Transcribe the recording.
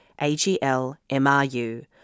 AGL-MRU